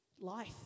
life